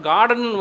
Garden